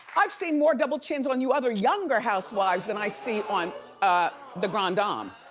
i've seen more double chins on you other younger housewives than i see on the grand dom.